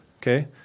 Okay